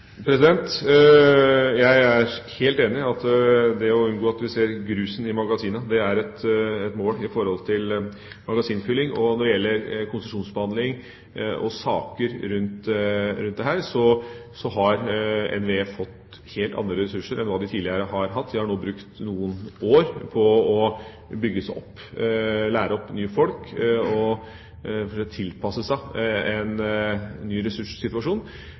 Jeg er helt enig i at vi må unngå å se grusen i magasinene – det er et mål med hensyn til magasinfylling. Når det gjelder konsesjonsbehandling og saker rundt det, har NVE fått helt andre ressurser enn hva de tidligere har hatt. De har nå brukt noen år på å bygge seg opp, lære opp nye folk og tilpasse seg en ny ressurssituasjon.